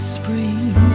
spring